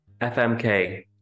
fmk